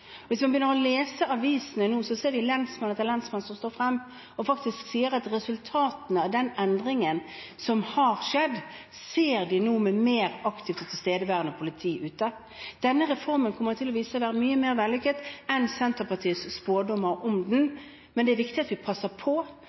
Hvis man leser avisene nå, ser vi at lensmann etter lensmann står frem og sier at resultatene av den endringen som har skjedd, ser de nå, med et mer aktivt og tilstedeværende politi ute. Denne reformen kommer til å vise seg å være mye mer vellykket enn Senterpartiets spådommer om den. Men det er viktig at vi passer på,